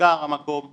המקום מושכר,